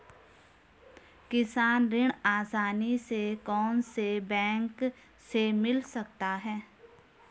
किसान ऋण आसानी से कौनसे बैंक से मिल सकता है?